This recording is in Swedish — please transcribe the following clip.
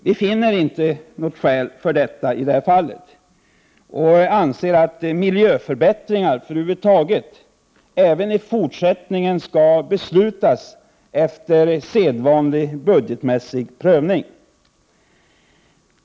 Vi finner inte skäl härför i detta fall och anser att miljöförbättringar över huvud taget även i fortsättningen skall beslutas efter sedvanlig budgetmässig prövning.